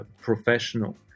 professional